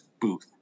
Booth